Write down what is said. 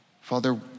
Father